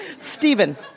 Stephen